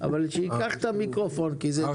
גם